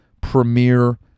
Premier